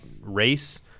race